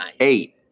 Eight